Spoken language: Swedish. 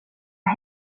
att